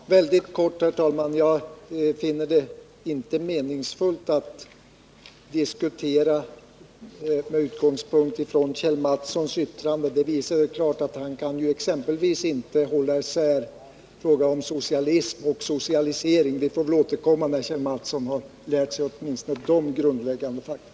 Herr talman! Det skall bli mycket kort — jag finner det inte meningsfullt att diskutera med utgångspunkt i Kjell Mattssons yttrande. Det visar rätt klart att han exempelvis inte kan hålla isär begreppen socialism och socialisering. Vi får väl återkomma när Kjell Mattsson lärt sig åtminstone dessa grundläggande fakta.